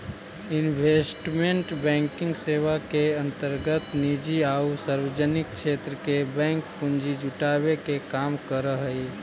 investment banking सेवा के अंतर्गत निजी आउ सार्वजनिक क्षेत्र के बैंक पूंजी जुटावे के काम करऽ हइ